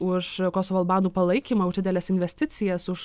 už kosovo albanų palaikymą už dideles investicijas už